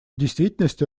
действительности